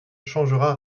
changera